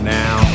now